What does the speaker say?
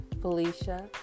Felicia